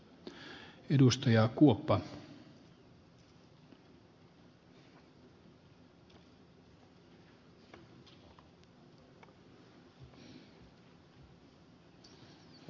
herra puhemies